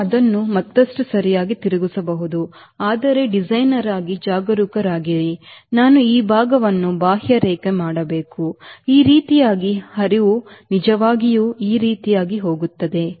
ನಾನು ಅದನ್ನು ಮತ್ತಷ್ಟು ಸರಿಯಾಗಿ ತಿರುಗಿಸಬಹುದು ಆದರೆ ಡಿಸೈನರ್ ಆಗಿ ಜಾಗರೂಕರಾಗಿರಿ ನಾನು ಈ ಭಾಗವನ್ನು ಬಾಹ್ಯರೇಖೆ ಮಾಡಬೇಕು ಈ ರೀತಿಯಾಗಿ ಹರಿವು ನಿಜವಾಗಿಯೂ ಈ ರೀತಿಯಾಗಿ ಹೋಗುತ್ತದೆ